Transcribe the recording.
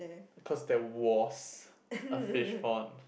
cause there was a fish pond